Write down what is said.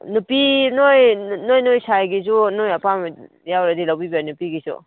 ꯅꯨꯄꯤ ꯅꯣꯏ ꯅꯣꯏ ꯅꯣꯏ ꯁꯥꯏꯒꯤꯁꯨ ꯅꯣꯏ ꯑꯄꯥꯝꯕ ꯌꯥꯎꯔꯗꯤ ꯂꯧꯕꯤꯕ ꯌꯥꯏ ꯅꯨꯄꯤꯒꯤꯁꯨ